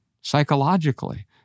psychologically